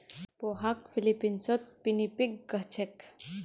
पोहाक फ़िलीपीन्सत पिनीपिग कह छेक